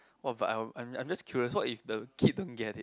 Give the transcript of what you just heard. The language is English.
!wah! but I am I am I am just curious what if the kid don't get it